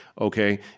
Okay